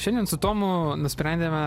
šiandien su tomu nusprendėme